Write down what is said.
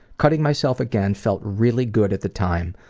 cutting myself again felt really good at the time.